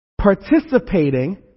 participating